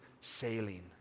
sailing